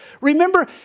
Remember